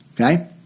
okay